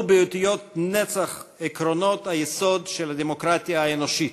באותיות נצח עקרונות היסוד של הדמוקרטיה האנושית,